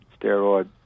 steroid